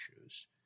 issues